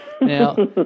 Now